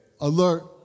alert